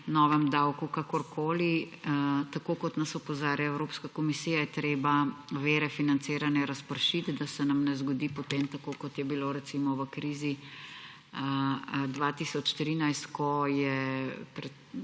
novem davku. Kakorkoli, tako kot nas opozarja Evropska komisija, je treba vire financiranja razpršiti, da se nam ne zgodi potem tako, kot je bilo recimo v krizi 2013, ko so ljudje